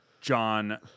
John